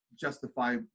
justify